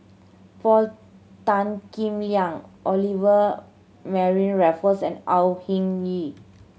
Paul Tan Kim Liang Olivia Mariamne Raffles and Au Hing Yee